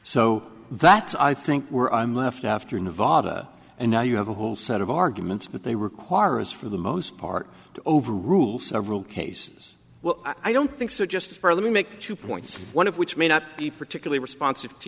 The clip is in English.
so that's i think we're i'm left after nevada and now you have a whole set of arguments but they require is for the most part over rule several cases well i don't think so just let me make two points one of which may not be particularly responsive to